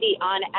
on